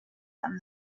them